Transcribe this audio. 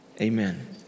Amen